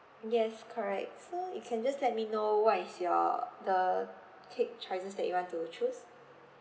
yes correct so you can just let me know what is your the cake choices that you want to choose